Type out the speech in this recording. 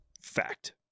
Fact